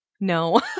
no